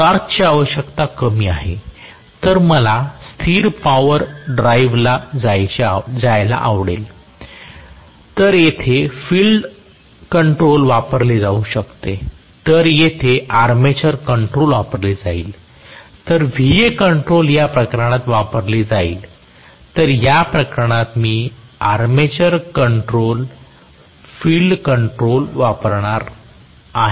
टॉर्कची आवश्यकता कमी आहे तर मला स्थिर पॉवर ड्राईव्हला जायला आवडेल तर येथे फील्ड कंट्रोल वापरले जाऊ शकते तर येथे आर्मेचर कंट्रोल वापरले जाईल तर Va कंट्रोल या प्रकरणात वापरले जाईल तर या प्रकरणात मी आर्मेचर कंट्रोल फील्ड कंट्रोल वापरणार आहे